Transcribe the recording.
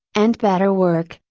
and better work,